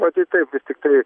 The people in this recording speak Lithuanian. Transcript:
matyt taip vis tiktai